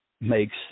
makes